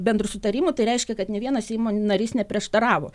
bendru sutarimu tai reiškia kad nė vienas seimo narys neprieštaravo